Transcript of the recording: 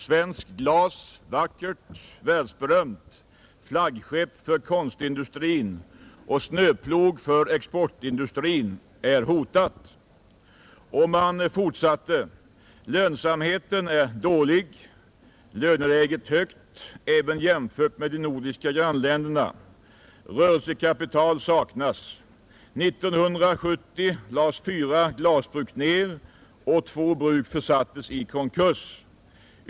Svenskt glas — vackert världsberömt flaggskepp för konstindustrin och snöplog för exportindustrin — är hotat.” Och man fortsatte: ”Lönsamheten är dålig, löneläget högt, även jämfört med de nordiska grannländerna, rörelsekapital saknas. 1970 lades fyra glasbruk ner och två bruk försattes i konkurs.